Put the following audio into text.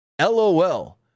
LOL